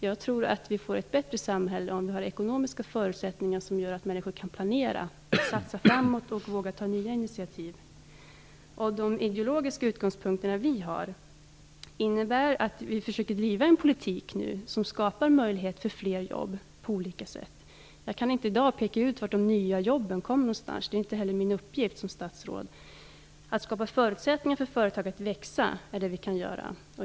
Jag tror att vi får ett bättre samhälle om det finns ekonomiska förutsättningar för människor så att de kan planera, satsa framåt och våga ta nya initiativ. De ideologiska utgångspunkterna från vår sida innebär att vi nu försöker driva en politik som på olika sätt skapar möjligheter för fler jobb. Jag kan inte i dag peka ut var de nya jobben kommer och det är inte heller min uppgift som statsråd. Att skapa förutsättningar för företag så att de kan växa är vad vi kan göra.